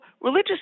religious